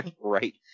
Right